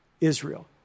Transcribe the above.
Israel